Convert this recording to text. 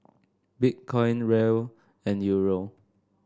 Bitcoin Riel and Euro